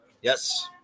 Yes